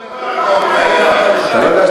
אבל אני, אני יכול, בקשה.